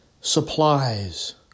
supplies